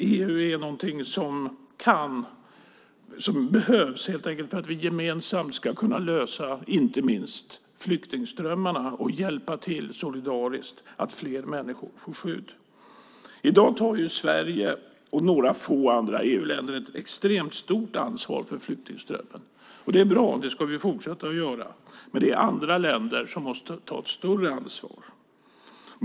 EU behövs för att vi gemensamt ska kunna lösa flyktingströmmarna och solidariskt hjälpa fler människor att få skydd. I dag tar Sverige och några få andra EU-länder ett extremt stort ansvar för flyktingströmmen. Det är bra. Det ska vi fortsätta att göra. Men andra länder måste ta ett större ansvar än de gör.